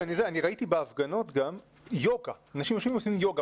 אני ראיתי בהפגנות גם אנשים יושבים ועושים יוגה.